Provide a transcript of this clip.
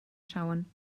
schauen